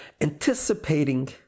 Anticipating